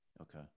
Okay